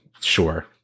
sure